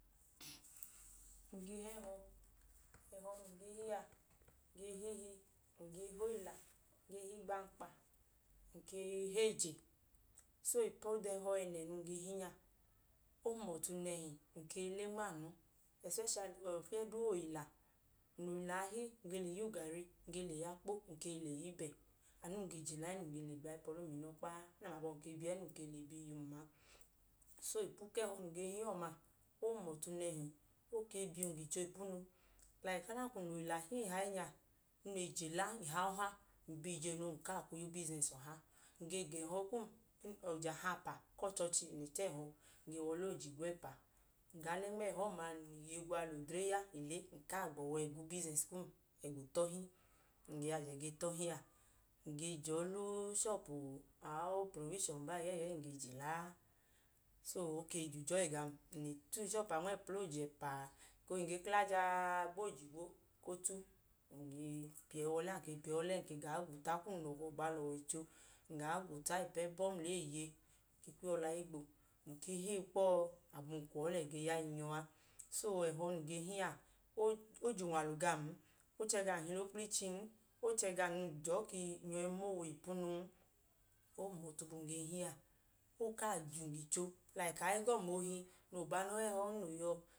ng ge hẹhọ. Ẹhọ num ge hi a. Ng ge hi ihi, ng ge hi oyila, ng ge hi igbankpa, ng ke i hi eje. So, ipu ọda ẹhọ ẹnẹ num ge hi nya, o hum ọtu nẹhi. Ng ge le nma anu. Ẹsipẹshali, ofiyẹ duu oyila. Ng lẹ oyila a hi, ng ge le ya ugari, ng ge le ya akpu, ng ke i le ya ibẹ. Anu num ge jela ẹẹ num ge bi ayipọlum inọkpa a, ẹẹ nẹ ami abọhim ke i bi ẹẹ num ke i le bi iyim a. So, ipu ku ẹhọ num ge hi ọma, o hum ọtu nẹhi. O ke i bi um gicho ipunu. Like, adanka ng lẹ oyila hi ihayi nya, num le jela ihayi ọha, ng bi ije nu ng kaa kwu ya ubisinẹsi ọha. Ng ge ga ẹhọ kum. Oje ahapa ku ọchọọchi ng le ta ẹhọ. Ng ge wa ọlẹ oje igwẹpa. Ng ga ọlẹ nma ẹhọ ọma, ng lẹ iye gwa, lẹ odre ya, ng le le, ng kaa gbọ ọwẹ ẹgiyi ubisinẹsi kum ẹga otọhi. Ẹga num yajẹ ge tọhi a, ng ge je ọla ushọpu, aoprovishọn n baa ẹyẹẹyi ẹyẹẹyi, anu num i je la a. So, o ke i je ujọyi gam. Ng le ta ushọpu a nma ẹpla oje ẹpa ekohi, ng ge kla jaa gba oji igwo ku out, ng ge piyẹyi wa ọlẹ a. Ng ke piyẹyi wa ọlẹ, ng ke gaa gwuta kum. Ng ke lẹ ọkọ gba lẹ ọwọicho kum boobu ng gaa gwuta ipu ẹbọ mla eeye. Ng ke kwu iyọla i gbo. Ng ke heyi kpọ abọm kwọọ lẹ ge ya i nyọ a. So, ẹhọ num ge hi a, o je unwalu gam n. O chẹ gam hila okplichin, o chẹ gam jọọ kum yọi ma owe ipu nun. O hum ọtu bum ge hi a. O kaa je um gicho. Like aẹgọm ohi noo ba noo hẹhọn noo yọ.